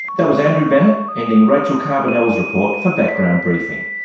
that was andrew bennett ending rachel carbonell's report for background briefing.